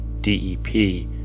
DEP